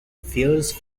fierce